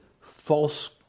false